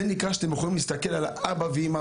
זה נקרא שאתם יכולים להסתכל על האבא ואמא